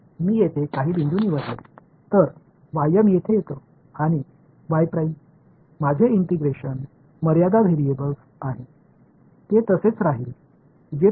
நான் இங்கே சில புள்ளிகளைத் தேர்ந்தெடுத்தேன் எனவே இங்கே எனது ஒருங்கிணைப்பின் வரம்பு மாறுபாடு இதுவே முதல் வெளிப்பாடாக இருந்தது